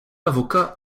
avocat